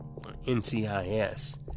NCIS